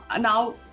now